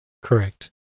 Correct